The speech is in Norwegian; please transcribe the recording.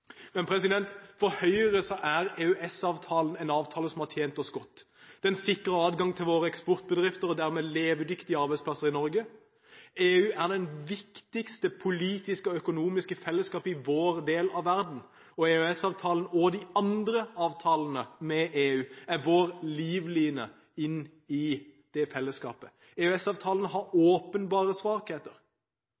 Men for Høyre er EØS-avtalen en avtale som har tjent oss godt. Den sikrer adgang for våre eksportbedrifter og gir dermed levedyktige arbeidsplasser i Norge. EU er det viktigste politiske og økonomiske fellesskapet i vår del av verden, og EØS-avtalen og de andre avtalene med EU er vår livline inn i det fellesskapet. EØS-avtalen har åpenbare svakheter, og den binder oss til EU uten å